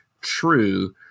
true